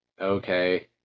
Okay